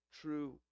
true